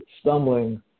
stumbling